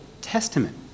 Testament